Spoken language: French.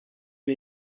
lui